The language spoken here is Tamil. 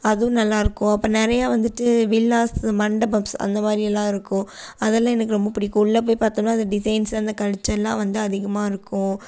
அதுவும் நல்லாயிருக்கும் அப்போ நிறையா வந்துட்டு வில்லாஸ் மண்டபம்ஸ் அந்தமாதிரி எல்லாம் இருக்கும் அதெல்லாம் எனக்கு ரொம்ப பிடிக்கும் உள்ள போயி பார்த்தம்னா அந்த டிஸைன்ஸ் அந்த கல்ச்சர்லாம் வந்து அதிகமாக இருக்கும்